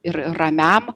ir ramiam